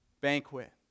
banquet